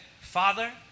Father